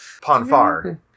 Ponfar